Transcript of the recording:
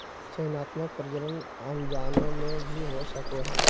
चयनात्मक प्रजनन अनजाने में भी हो सको हइ